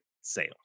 sales